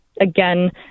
again